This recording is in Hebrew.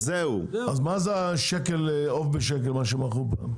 אז מה זה העוף בשקל שמכרו פעם?